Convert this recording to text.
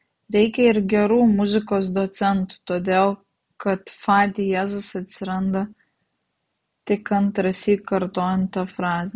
reikia ir gerų muzikos docentų todėl kad fa diezas atsiranda tik antrąsyk kartojant tą frazę